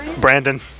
Brandon